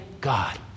God